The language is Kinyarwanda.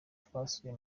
twasuye